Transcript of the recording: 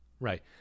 Right